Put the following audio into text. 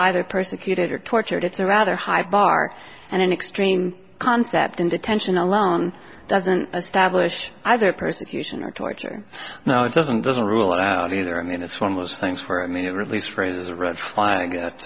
either persecuted or tortured it's a rather high bar and an extreme concept in detention alone doesn't establish either persecution or torture no it doesn't doesn't rule it out either i mean it's one of those things for immediate release raises a red flag